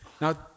Now